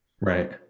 right